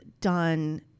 done